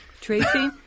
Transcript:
Tracy